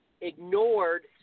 ignored